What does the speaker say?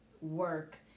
work